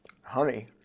honey